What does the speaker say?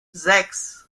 sechs